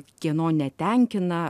kieno netenkina